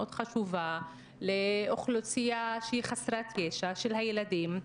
מאוד חשובה לאוכלוסייה חסרת ישע של הילדים.